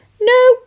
no